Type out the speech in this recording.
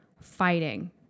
fighting